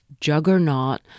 juggernaut